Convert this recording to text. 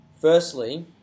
firstly